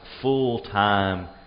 full-time